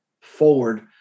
forward